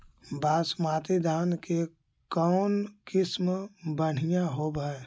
बासमती धान के कौन किसम बँढ़िया होब है?